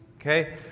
Okay